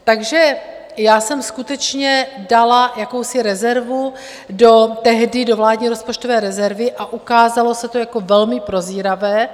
Takže já jsem skutečně dala jakousi rezervu tehdy do vládní rozpočtové rezervy a ukázalo se to jako velmi prozíravé.